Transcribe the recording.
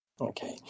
Okay